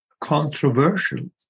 controversial